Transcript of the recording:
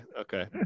okay